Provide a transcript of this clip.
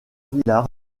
vilar